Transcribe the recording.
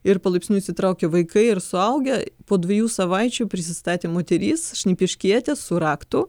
ir palaipsniui įsitraukia vaikai ir suaugę po dviejų savaičių prisistatė moteris šnipiškietė su raktu